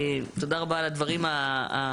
תודה רבה על הדברים המאלפים.